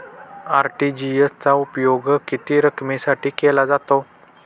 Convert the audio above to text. RTGS चा उपयोग किती रकमेसाठी केला जातो?